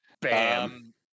Bam